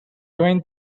went